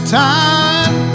time